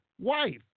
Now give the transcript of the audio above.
wife